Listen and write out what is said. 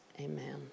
Amen